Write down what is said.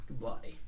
Goodbye